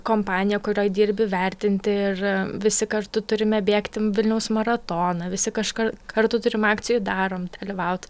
kompaniją kurioj dirbi vertinti ir visi kartu turime bėgti vilniaus maratoną visi kažkur kartu turim akcijoj darom dalyvaut